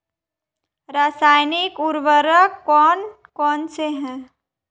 रासायनिक उर्वरक कौन कौनसे हैं?